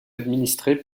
administrée